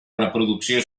reproducció